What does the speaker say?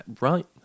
right